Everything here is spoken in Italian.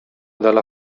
dalla